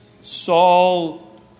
Saul